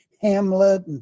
Hamlet